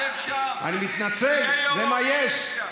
אני מתנצל, זה מה יש.